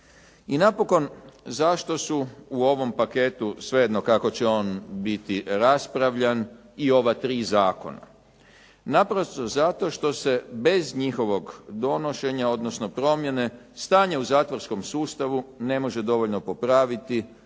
I napokon, zašto su u ovom paketu, svejedno kako će on biti raspravljan i ova tri zakona? Naprosto zato što se bez njihovog donošenja, odnosno promjene stanje u zatvorskom sustavu ne može dovoljno popraviti